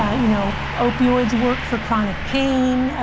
ah you know, opioids work for chronic pain.